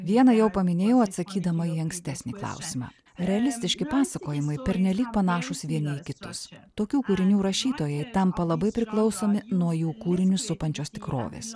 vieną jau paminėjau atsakydama į ankstesnį klausimą realistiški pasakojimai pernelyg panašūs vieni į kitus tokių kūrinių rašytojai tampa labai priklausomi nuo jų kūrinius supančios tikrovės